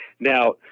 Now